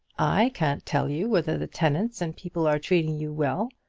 i can't tell you whether the tenants and people are treating you well,